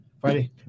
Friday